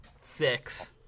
Six